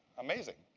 amazing.